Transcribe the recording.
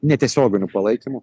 netiesioginiu palaikymu